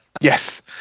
Yes